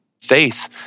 faith